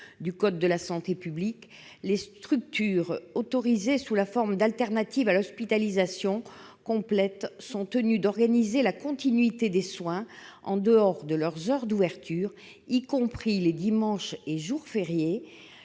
du code de la santé publique, les structures autorisées sous la forme d'alternatives à l'hospitalisation complète « sont tenues d'organiser la continuité des soins en dehors de leurs heures d'ouverture, y compris les dimanches et jours fériés